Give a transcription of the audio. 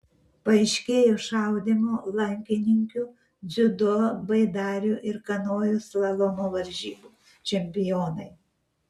paaiškėjo šaudymo lankininkių dziudo baidarių ir kanojų slalomo varžybų čempionai